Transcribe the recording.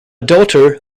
daughter